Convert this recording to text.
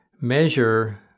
measure